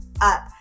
up